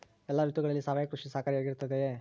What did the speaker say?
ಎಲ್ಲ ಋತುಗಳಲ್ಲಿ ಸಾವಯವ ಕೃಷಿ ಸಹಕಾರಿಯಾಗಿರುತ್ತದೆಯೇ?